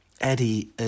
Eddie